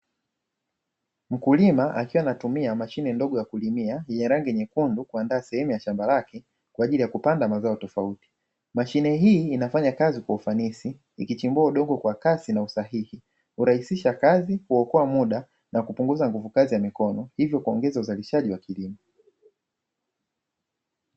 Mkulima akiwa anatumia mashine ndogo ya kulimia yenye rangi nyekundu kuandaa sehemu ya shamba lake kwajili ya kupanda mazao tofauti, mashine hii inafanya kazi kwa ufanisi ikichimbua udongo kwa kasi na usahihi, hurahisisha kazi kuokoa muda na kupunguza nguvu kazi ya mikono hivyo kuongeza uzalishaji wa kilimo.